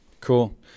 Cool